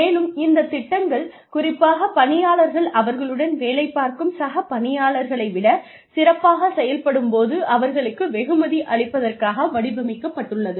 மேலும் இந்த திட்டங்கள் குறிப்பாக பணியாளர்கள் அவர்களுடன் வேலை பார்க்கும் சக பணியாளர்களை விட சிறப்பாகச் செயல்படும் போது அவர்களுக்கு வெகுமதி அளிப்பதற்காக வடிவமைக்கப்பட்டுள்ளது